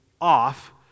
off